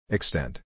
Extent